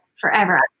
forever